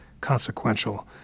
consequential